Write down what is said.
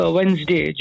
Wednesday